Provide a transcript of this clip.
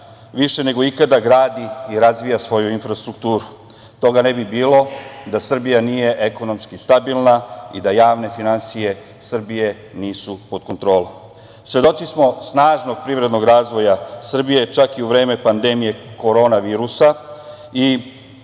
više nego ikada gradi i razvija svoju infrastrukturu. Toga ne bi bilo da Srbija nije ekonomski stabilna i da javne finansije Srbije nisu pod kontrolom. Svedoci smo snažnog privrednog razvoja Srbije čak i u vreme pandemije korona virusa i